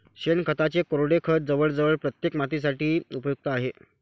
शेणखताचे कोरडे खत जवळजवळ प्रत्येक मातीसाठी उपयुक्त आहे